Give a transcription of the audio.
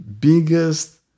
biggest